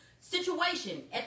situation